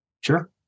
Sure